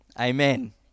Amen